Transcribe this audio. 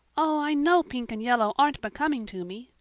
oh. i know pink and yellow aren't becoming to me,